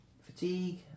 fatigue